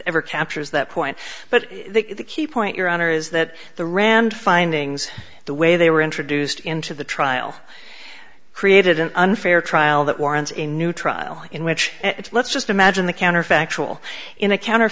ever captures that point but the key point your honor is that the rand findings the way they were introduced into the trial created an unfair trial that warrants in new trial in which let's just imagine the counterfactual in a counter